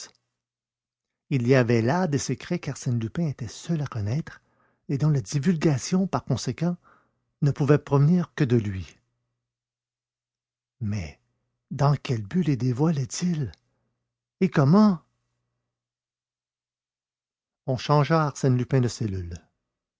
il y avait là des secrets qu'arsène lupin était seul à connaître et dont la divulgation par conséquent ne pouvait provenir que de lui mais dans quel but les dévoilait il et comment on changea arsène lupin de cellule